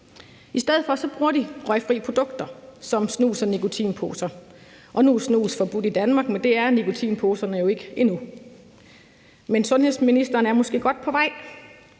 I stedet for bruger de røgfri produkter som snus og nikotinposer. Nu er snus forbudt i Danmark, men det er nikotinposerne jo ikke endnu, men sundhedsministeren er måske godt på vej.